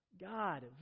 God